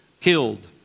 killed